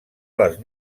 les